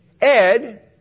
Ed